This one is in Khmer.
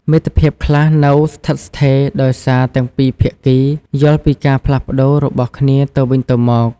មិត្តភាពខ្លះនៅស្ថិតស្ថេរដោយសារទាំងពីរភាគីយល់ពីការផ្លាស់ប្តូររបស់គ្នាទៅវិញទៅមក។